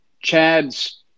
Chad's